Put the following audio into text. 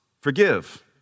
forgive